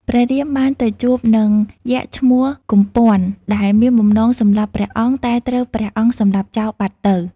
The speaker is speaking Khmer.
ព្រះរាមបាន ទៅជួបនឹងយក្សឈ្មោះ កុម្ព័ន្ធ ដែលមានបំណងសម្លាប់ព្រះអង្គ តែត្រូវព្រះអង្គសម្លាប់ចោលបាត់ទៅ។